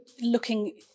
looking